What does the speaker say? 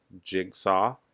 Jigsaw